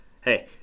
Hey